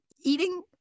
eating